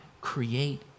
create